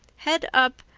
head up,